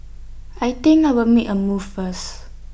I think I'll make A move first